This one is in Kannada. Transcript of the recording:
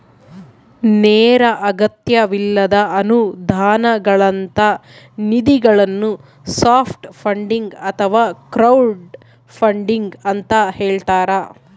ನೇರ ಅಗತ್ಯವಿಲ್ಲದ ಅನುದಾನಗಳಂತ ನಿಧಿಗಳನ್ನು ಸಾಫ್ಟ್ ಫಂಡಿಂಗ್ ಅಥವಾ ಕ್ರೌಡ್ಫಂಡಿಂಗ ಅಂತ ಹೇಳ್ತಾರ